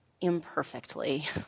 imperfectly